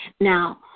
Now